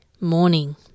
morning